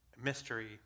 mystery